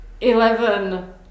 Eleven